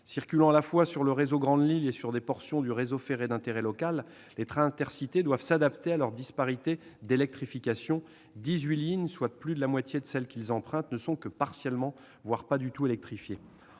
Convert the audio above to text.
Circulant à la fois sur le réseau des grandes lignes et sur des portions du réseau ferré d'intérêt local, les trains Intercités doivent s'adapter à leurs disparités d'électrification : dix-huit lignes, soit plus de la moitié de celles qu'ils empruntent, ne sont que partiellement, voire pas du tout électrifiées.